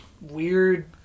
Weird